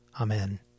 Amen